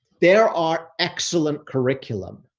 there are excellent curriculum,